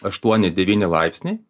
aštuoni devyni laipsniai